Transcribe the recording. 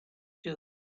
too